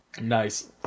Nice